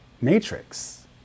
matrix